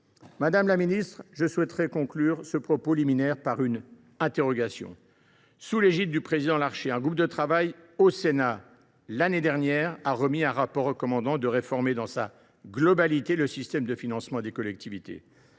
Madame la ministre, je conclurai ce propos liminaire par une interrogation. Sous l’égide du président Larcher, un groupe de travail sénatorial a remis l’année dernière un rapport recommandant de réformer dans sa globalité le système de financement des collectivités.